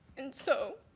and so